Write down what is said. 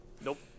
Nope